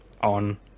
on